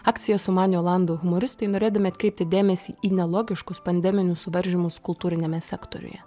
akciją sumanė olandų humoristai norėdami atkreipti dėmesį į nelogiškus pandeminius suvaržymus kultūriniame sektoriuje